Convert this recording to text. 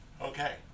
Okay